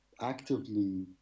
actively